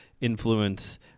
influence